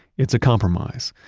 it's a compromise.